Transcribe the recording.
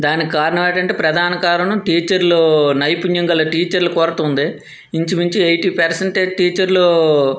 దానికి కారణం ఏంటంటే ప్రధాన కారణం టీచర్లు నైపుణ్యం గల టీచర్ల కొరత ఉంది ఇంచుమించు ఎయిటీ పర్సెంటేజ్ టీచర్లు